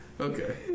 Okay